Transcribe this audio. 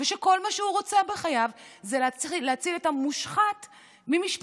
ושכל מה שהוא רוצה בחייו זה להציל את המושחת ממשפט,